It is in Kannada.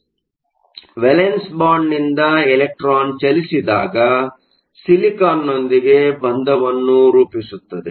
ಆದ್ದರಿಂದ ವೇಲೆನ್ಸ್ ಬ್ಯಾಂಡ್ ನಿಂದ ಎಲೆಕ್ಟ್ರಾನ್ ಚಲಿಸಿದಾಗ ಸಿಲಿಕಾನ್ನೊಂದಿಗೆ ಬಂಧವನ್ನು ರೂಪಿಸುತ್ತದೆ